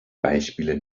beispiele